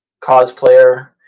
cosplayer